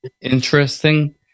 interesting